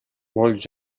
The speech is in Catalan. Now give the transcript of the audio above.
molts